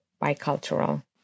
bicultural